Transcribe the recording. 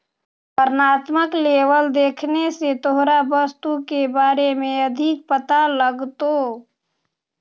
वर्णात्मक लेबल देखने से तोहरा वस्तु के बारे में अधिक पता लगतो